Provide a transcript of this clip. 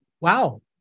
Wow